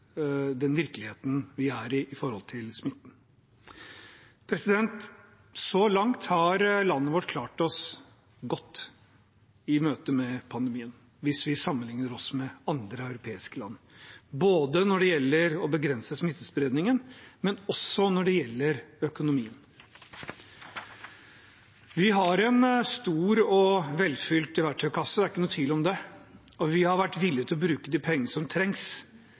den virkeligheten vi er i når det gjelder smitte. Så langt har landet vårt klart seg godt i møte med pandemien hvis vi sammenligner oss med andre europeiske land, både når det gjelder å begrense smittespredningen, og når det gjelder økonomien. Vi har en stor og velfylt verktøykasse – det er ikke noen tvil om det – og vi har vært villig til å bruke de pengene som trengs,